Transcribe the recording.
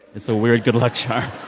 it's a weird good luck charm